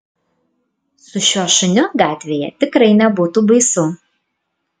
su šiuo šuniu gatvėje tikrai nebūtų baisu